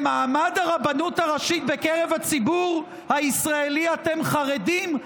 למעמד הרבנות הראשית בקרב הציבור הישראלי אתם חרדים?